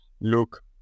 look